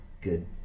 good